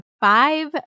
five